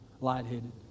lightheaded